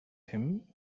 him